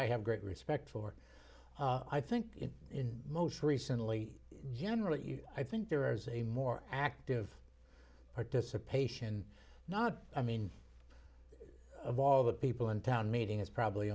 i have great respect for i think in most recently general you i think there is a more active participation not i mean of all the people in town meeting is probably